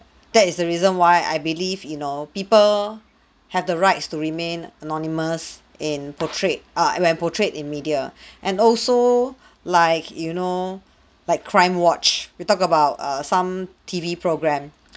that is the reason why I believe you know people have the rights to remain anonymous and portrayed err when portrayed in media and also like you know like crime watch we talk about err some T_V program